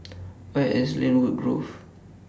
Where IS Lynwood Grove